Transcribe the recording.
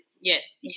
Yes